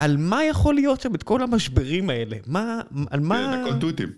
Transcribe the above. על מה יכול להיות שם את כל המשברים האלה? מה... על מה... כן, הכל תותים.